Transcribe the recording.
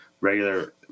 regular –